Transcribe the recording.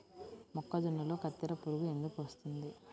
మొక్కజొన్నలో కత్తెర పురుగు ఎందుకు వస్తుంది?